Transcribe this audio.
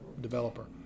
developer